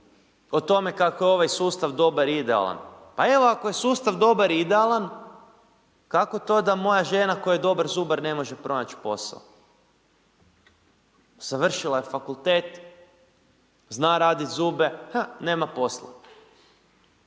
o tome kako je ovaj sustav dobar i idealan. Pa evo ako je sustav dobar i idealan kako to da moja žena koja je dobar zubar ne može pronaći posao? Završila je fakultet, zna raditi zube, ha, nema posla?